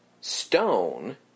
stone